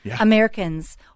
Americans